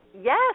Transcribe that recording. Yes